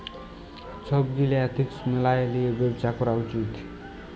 ছব গীলা এথিক্স ম্যাইলে লিঁয়ে ব্যবছা ক্যরা উচিত